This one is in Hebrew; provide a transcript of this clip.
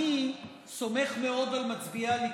אני סומך מאוד על מצביעי הליכוד,